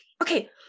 Okay